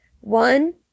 one